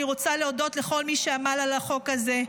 אני רוצה להודות לכל מי שעמל על החוק הזה,